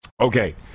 Okay